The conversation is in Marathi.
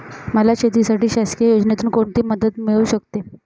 मला शेतीसाठी शासकीय योजनेतून कोणतीमदत मिळू शकते?